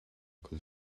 cul